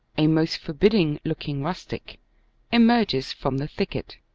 a most forbidding-looking rustic emerges from the thicket.